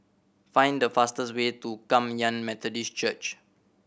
find the fastest way to Kum Yan Methodist Church